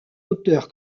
auteur